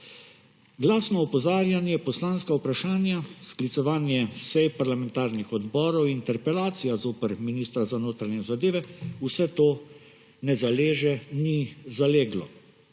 Glasno opozarjanje, poslanska vprašanja, sklicevanje sej parlamentarnih odborov, interpelacija zoper ministra za notranje zadeve, vse to ne zaleže, ni zaleglo.